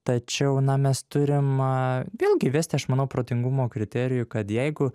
tačiau na mes turim a vėlgi vesti aš manau protingumo kriterijų kad jeigu